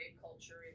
culture